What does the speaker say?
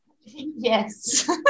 Yes